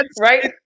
right